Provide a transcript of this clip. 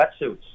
wetsuits